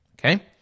okay